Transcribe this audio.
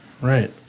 Right